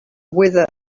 wither